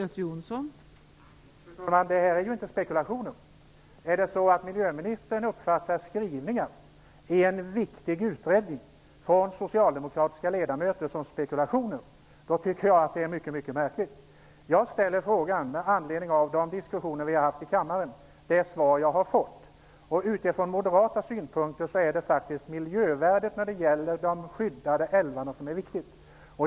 Fru talman! Detta är inte spekulationer. Om miljöministern uppfattar skrivningen från socialdemokratiska ledamöter i en viktig utredning som spekulationer tycker jag att det är mycket märkligt. Jag ställer frågan med anledning av de diskussioner vi har fört i kammaren och de svar jag då har fått. Ur moderat synvinkel är det de skyddade älvarnas miljövärde som är viktigt.